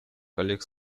коллег